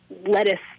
lettuce